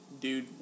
dude